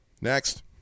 Next